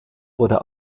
wurde